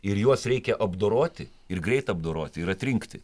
ir juos reikia apdoroti ir greit apdoroti ir atrinkti